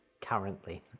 currently